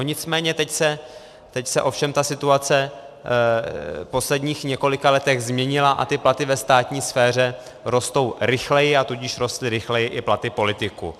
Nicméně teď se ovšem situace v posledních několika letech změnila a platy ve státní sféře rostou rychleji, a tudíž rostly rychleji i platy politiků.